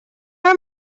are